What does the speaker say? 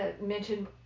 mention